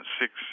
six